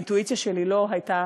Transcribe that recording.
האינטואיציה שלי לא הייתה